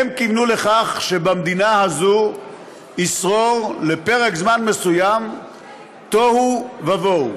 והם כיוונו לכך שבמדינה הזו ישרור לפרק זמן מסוים תוהו ובוהו.